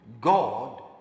God